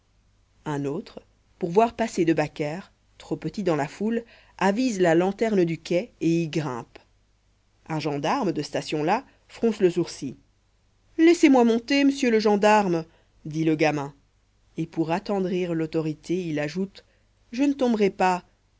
un autre pour voir passer debacker trop petit dans la foule avise la lanterne du quai et y grimpe un gendarme de station là fronce le sourcil laissez-moi monter m'sieu le gendarme dit le gamin et pour attendrir l'autorité il ajoute je ne tomberai pas